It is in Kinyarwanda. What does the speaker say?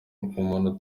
umuntu